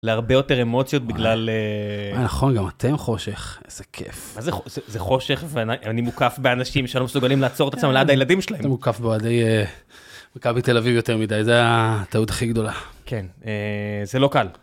להרבה יותר אמוציות בגלל... נכון, גם אתם חושך, איזה כיף. זה חושך ואני מוקף באנשים שלא מסוגלים לעצור את עצמם ליד הילדים שלהם. אתה מוקף באוהדי... בקר בתל אביב יותר מדי, זו הטעות הכי גדולה. כן, זה לא קל.